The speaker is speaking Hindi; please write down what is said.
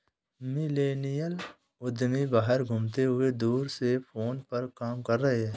मिलेनियल उद्यमी बाहर घूमते हुए दूर से फोन पर काम कर रहे हैं